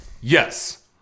Yes